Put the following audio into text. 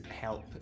help